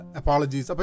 apologies